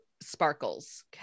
sparkles